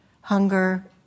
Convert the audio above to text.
hunger